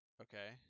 Okay